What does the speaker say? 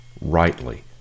rightly